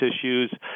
issues